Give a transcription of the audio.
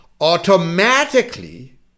automatically